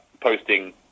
posting